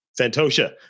Santosha